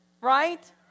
Right